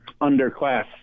underclass